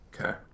Okay